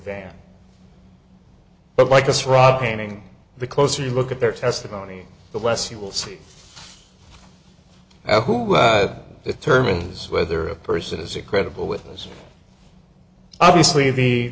van but like this rather painting the closer you look at their testimony the less you will see who the term is whether a person is a credible witness or obviously the